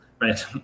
right